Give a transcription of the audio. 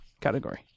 category